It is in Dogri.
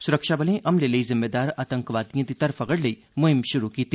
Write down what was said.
सुरक्षाबलें हमले लेई जिम्मेदार आतंकवादिए दी धरफकड़ लेई मुहिम शुरू कीती